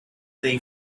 they